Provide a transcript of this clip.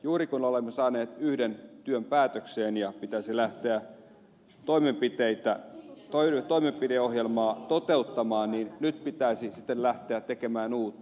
juuri kun olemme saaneet yhden työn päätökseen ja pitäisi lähteä toimenpideohjelmaa toteuttamaan niin nyt pitäisi sitten lähteä tekemään uutta